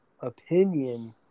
opinion